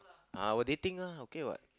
our dating lah okay what